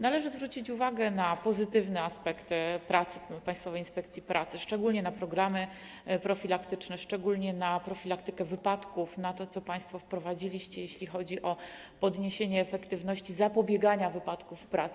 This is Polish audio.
Należy zwrócić uwagę na pozytywne aspekty pracy Państwowej Inspekcji Pracy, szczególnie na programy profilaktyczne, zwłaszcza dotyczące profilaktyki wypadków, na to, co państwo wprowadziliście, jeśli chodzi o zwiększenie efektywności zapobiegania wypadkom w pracy.